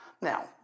Now